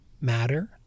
matter